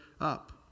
up